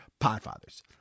Podfathers